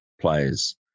players